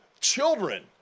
Children